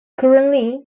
currently